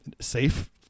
safe